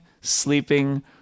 sleeping